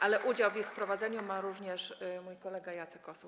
Ale udział w ich wprowadzeniu ma również mój kolega Jacek Osuch.